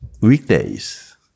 weekdays